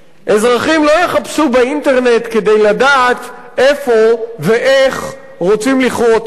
אזרחים לא יחפשו באינטרנט כדי לדעת איפה ואיך רוצים לכרות עץ.